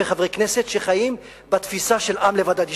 חברי כנסת שחיים בתפיסה של "עם לבדד ישכון".